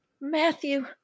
Matthew